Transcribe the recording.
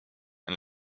and